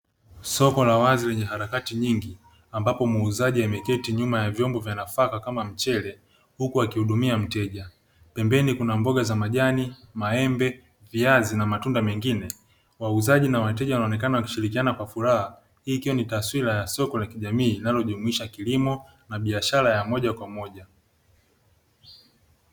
Soko la wazi lenye harakati nyingi ambapo muuzaji ameketi nyuma ya vyombo vya nafaka kama mchele huku akihudumia mteja. Pembeni kuna mboga za majani, maembe, viazi na matunda mengine. Wauzaji na wateja wanaonekana wakishirikiana kwa furaha, hii ikiwa ni taswira ya soko la kijamii linalojumuisha kilimo na biashara ya moja kwa moja.